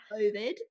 covid